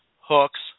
hooks